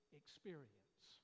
experience